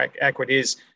equities